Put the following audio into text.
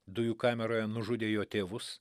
dujų kameroje nužudė jo tėvus